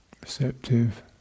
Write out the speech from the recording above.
receptive